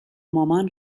مامان